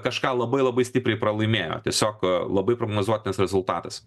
kažką labai labai stipriai pralaimėjo tiesiog labai prognozuotinas rezultatas